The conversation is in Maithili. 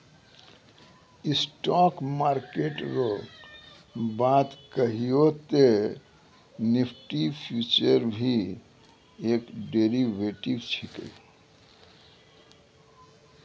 स्टॉक मार्किट रो बात कहियो ते निफ्टी फ्यूचर भी एक डेरीवेटिव छिकै